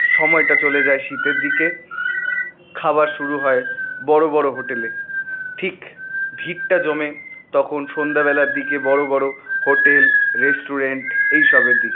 সময়টা চলে যায় শীতের দিকে খাবার শুরু হয় বড়ো বড়ো হোটেল ঠিক ভিড়টা জমে তখন সন্ধ্যা বেলার দিকে বড়ো বড়ো হোটেল রেস্টুরেন্ট এইসবের দিকে